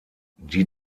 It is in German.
die